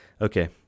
Okay